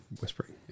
whispering